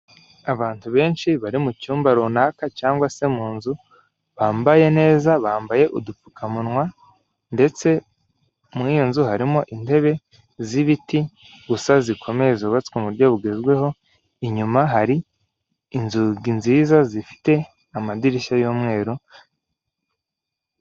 Abantu benshi bari mu cyumba runaka cyangwa se mu nzu, bambaye neza bambaye udupfukamunwa, ndetse muri iyo nzu harimo intebe z'ibiti gusa zikomeye zubatswe mu buryo bugezweho, inyuma hari inzugi nziza zifite amadirishya y'umweru.